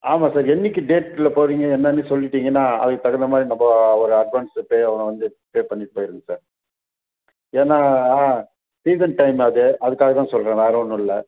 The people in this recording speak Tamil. ஆமாம் சார் என்றைக்கி டேட்டில் போகிறிங்க என்னன்னு சொல்லிட்டிங்கன்னால் அதுக்கு தகுந்த மாதிரி நம்ம ஒரு அட்வான்ஸ் பே வந்து பே பண்ணிவிட்டு போயிடுங்க சார் ஏன்னால் ஆ சீசன் டைம் அது அதுக்காக தான் சொல்கிறேன் வேறே ஒன்றும் இல்லை